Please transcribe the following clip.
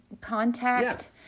contact